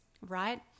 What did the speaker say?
right